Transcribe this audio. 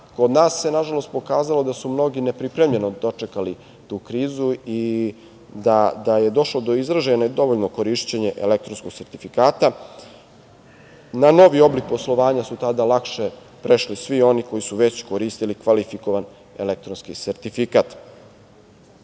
nas se, nažalost, pokazalo da su mnogi nepripremljeno dočekali tu krizu i da je došlo do izražaja nedovoljno korišćenje elektronskog sertifikata. Na novi oblik poslovanja su lakše tada prešli svi oni koji su već koristili kvalifikovan elektronski sertifikat. Moram